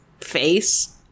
face